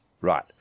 Right